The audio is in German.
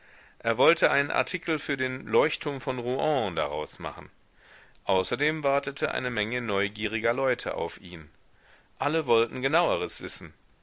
er wollte einen artikel für den leuchtturm von rouen daraus machen außerdem wartete eine menge neugieriger leute auf ihn alle wollten genaueres wissen